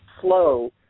slow